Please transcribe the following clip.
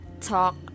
talk